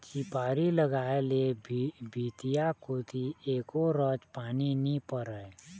झिपारी लगाय ले भीतिया कोती एको रच पानी नी परय